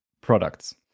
products